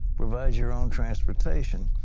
provide your own transportation.